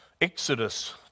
Exodus